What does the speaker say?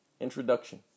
Introduction